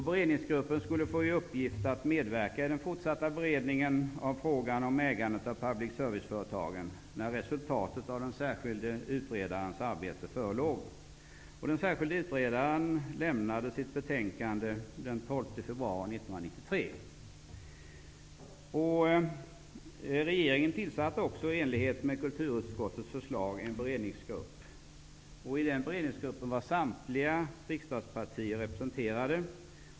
Beredningsgruppen skulle få i uppgift att medverka i den fortsatta beredningen av frågan om ägandet av public service-företagen när resultatet av den särskilde utredarens arbete förelåg. Den särskilde utredaren avlämnade sitt betänkande den 12 februari 1993. Regeringen tillsatte också i enlighet med kulturutskottets förslag en beredningsgrupp. I den beredningsgruppen var samtliga riksdagspartier representerade.